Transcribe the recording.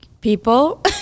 people